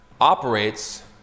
operates